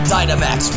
Dynamax